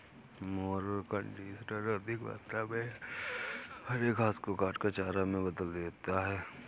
mower conditioner अधिक मात्रा में हरे घास को काटकर चारा में बदल देता है